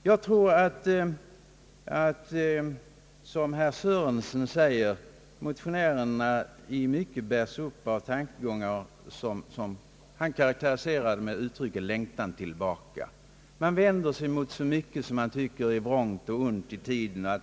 Som herr Sörenson sade, bärs motionerna nog upp av tankegångar som kan karakteriseras med uttrycket »längtan tillbaka», Man vänder sig mot så mycket som man tycker är vrångt och ont i tiden.